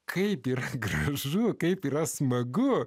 kaip ir gražu kaip yra smagu